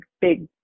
big